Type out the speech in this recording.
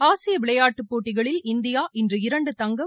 ஆசிய விளையாட்டுப் போட்டிகளில் இந்தியா இன்று இரண்டு தங்கம்